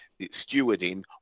stewarding